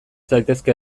zaitezke